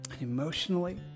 emotionally